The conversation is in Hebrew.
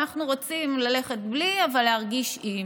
אנחנו רוצים ללכת בלי אבל להרגיש עם.